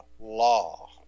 law